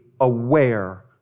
aware